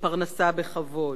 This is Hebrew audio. לפרנסה בכבוד,